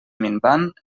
minvant